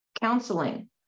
counseling